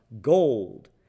gold